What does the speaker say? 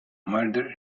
murder